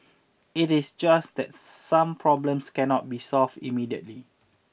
it is just that some problems cannot be solved immediately